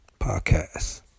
podcast